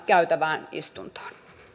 käytävään istuntoon